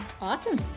Awesome